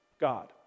God